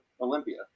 Olympia